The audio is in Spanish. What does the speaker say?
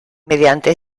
mediante